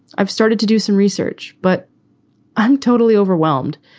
i've started to do some research, but i'm totally overwhelmed.